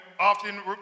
often